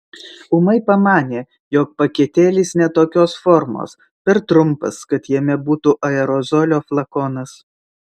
ūmai pamanė jog paketėlis ne tokios formos per trumpas kad jame būtų aerozolio flakonas